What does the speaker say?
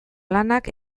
lanak